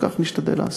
וכך נשתדל לעשות.